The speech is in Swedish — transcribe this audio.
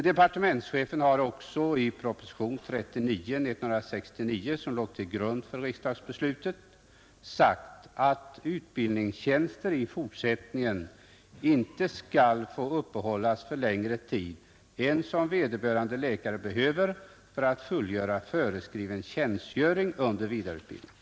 Departementschefen har också i propositionen 35 år 1969, som låg till grund för riksdagsbeslutet det året, framhållit att utbildningstjänster i fortsättningen inte skall få uppehållas för längre tid än vederbörande läkare behöver för att fullgöra föreskriven tjänstgöring under vidareutbildningen.